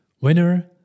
Winner